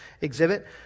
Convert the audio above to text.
Exhibit